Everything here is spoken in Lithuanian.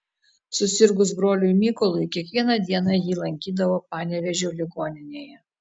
susirgus broliui mykolui kiekvieną dieną jį lankydavo panevėžio ligoninėje